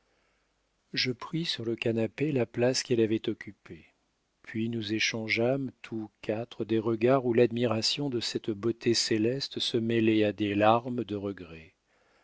je pris sur le canapé la place qu'elle avait occupée puis nous échangeâmes tous quatre des regards où l'admiration de cette beauté céleste se mêlait à des larmes de regret